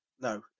No